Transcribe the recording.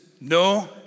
no